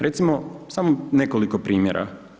Recimo, samo nekoliko primjera.